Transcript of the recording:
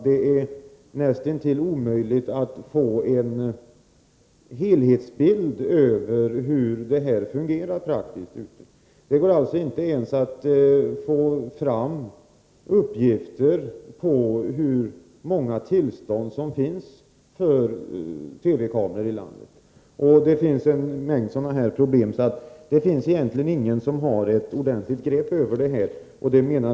Det är näst intill omöjligt att få en helhetsbild av hur lagen fungerar praktiskt. Det går inte ens att få fram uppgifter om hur många tillstånd för TV-kameror som finns i landet. Andra liknande problem gör att ingen har ett ordentligt grepp över den här problematiken.